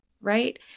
right